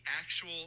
actual